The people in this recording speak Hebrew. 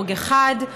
הרוג אחד,